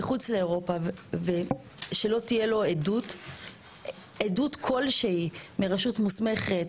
לאירופה ושלא תהיה לו עדות כלשהי מרשות מוסמכת